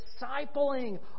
discipling